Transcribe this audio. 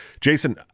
Jason